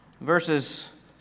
verses